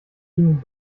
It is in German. ihnen